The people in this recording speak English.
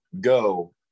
Go